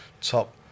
top